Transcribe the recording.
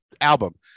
album